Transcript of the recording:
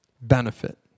benefit